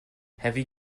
heavy